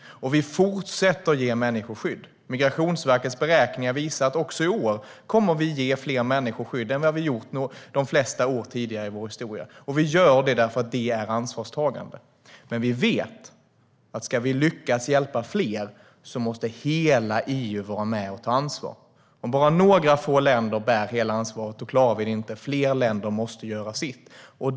Och vi fortsätter att ge människor skydd. Migrationsverkets beräkningar visar att vi också i år kommer att ge fler människor skydd än vad vi har gjort under de flesta år tidigare i vår historia. Vi gör det därför att vi är ansvarstagande. Men vi vet att ska vi lyckas att hjälpa fler måste hela EU vara med och ta ansvar. Om bara några få länder bär hela ansvaret klarar vi det inte. Fler länder måste göra sitt.